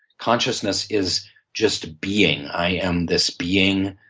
consciousness is just being. i am this being.